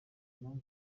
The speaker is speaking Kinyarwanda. impamvu